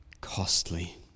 costly